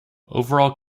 overall